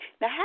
Now